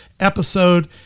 episode